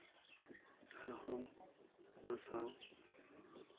ᱟᱨᱦᱚᱸ ᱚᱱᱟ ᱥᱟᱶ